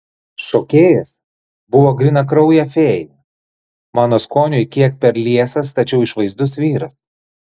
šokėjas buvo grynakraujė fėja mano skoniui kiek per liesas tačiau išvaizdus vyras